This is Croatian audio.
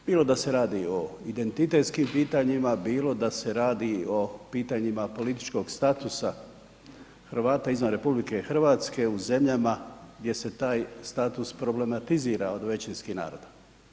Bilo da se radi o identitetskim pitanjima, bilo da se radi o pitanjima političkog statusa Hrvata izvan RH u zemljama gdje se taj status problematizira od većinskih naroda.